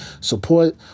support